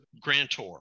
grantor